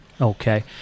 Okay